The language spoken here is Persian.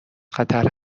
قطر